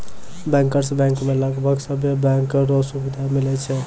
bankers bank मे लगभग सभे बैंको रो सुविधा मिलै छै